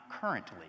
currently